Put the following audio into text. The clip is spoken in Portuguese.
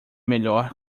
melhor